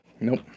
Nope